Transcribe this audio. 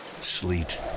sleet